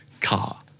Car